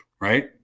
right